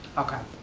okay,